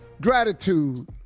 gratitude